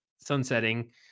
sunsetting